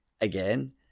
again